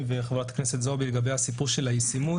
וחברת הכנסת זועבי לגבי הסיפור של הישימות.